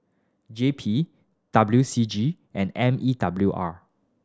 J P W C G and M E W R